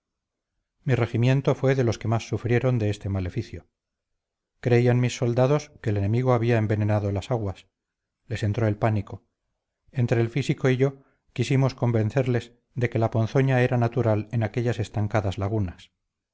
mi regimiento fue de los que más sufrieron de este maleficio creían mis soldados que el enemigo había envenenado las aguas les entró el pánico entre el físico y yo quisimos convencerles de que la ponzoña era natural en aquellas estancadas lagunas